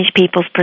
people's